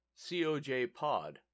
COJPOD